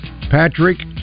Patrick